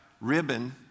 ribbon